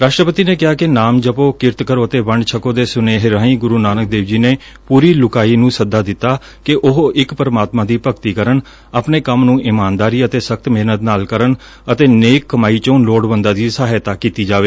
ਰਾਸ਼ਟਰਪਤੀ ਨੇ ਕਿਹਾ ਕਿ ਨਾਮ ਜਪੋ ਕਿਰਤ ਕਰੋ ਅਤੇ ਵੰਡ ਛਕੋ ਦੇ ਸੁਨੇਹੇ ਰਾਹੀਂ ਗੁਰੁ ਨਾਨਕ ਦੇਵ ਜੀ ਨੇ ਪੁਰੀ ਲੁਕਾਈ ਨੂੰ ਸੱਦਾ ਦਿੱਤਾ ਕਿ ਉਹ ਇਕ ਪਰਮਾਤਮਾ ਦੀ ਭਗਤੀ ਕਰਨ ਆਪਣੇ ਕੰਮ ਨੂੰ ਇਮਾਨਦਾਰੀ ਅਤੇ ਸ਼ਧਤ ਮਿਹਨਤ ਨਾਲ ਕਰਨ ਅਤੇ ਨੇਕ ਕਮਾਈ 'ਚੋ' ਲੋੜਵੰਦਾਂ ਦੀ ਸਹਾਇਤਾ ਕੀਤੀ ਜਾਵੇ